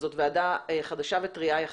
וזו ועדה חדשה וטרייה יחסית,